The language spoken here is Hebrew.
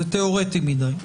זה תיאורטי מדי,